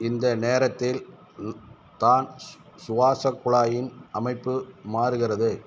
இந்த நேரத்தில் தான் சுவாசக் குழாயின் அமைப்பு மாறுகின்றது